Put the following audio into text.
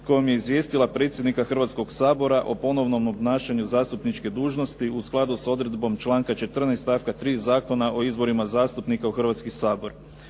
kojom je izvijestila predsjednika Hrvatskoga sabora o ponovnom obnašanju zastupničke dužnosti u skladu s odredbom članka 14. stavka 3. Zakona o izborima zastupnika u Hrvatski sabor.